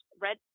red